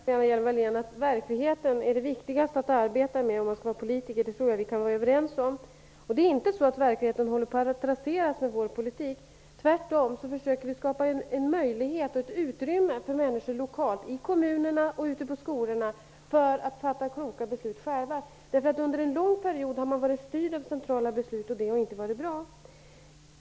Fru talman! Låt mig först säga till Lena Hjelm Wallén att vi kan vara överens om att det viktigaste är att hålla kontakt med verkligheten i vårt arbete. Det är inte så att verkligheten håller på att rasera vår politik. Tvärtom försöker vi skapa ett utrymme för människorna att lokalt, i kommunerna och i skolorna, själva fatta kloka beslut. Man har under lång tid varit styrd av centrala beslut, och det har inte varit bra.